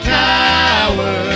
tower